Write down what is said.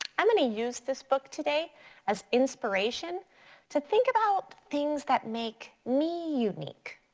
i'm gonna use this book today as inspiration to think about things that make me unique,